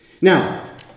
Now